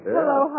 Hello